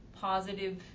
positive